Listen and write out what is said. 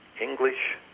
English